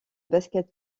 basket